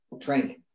training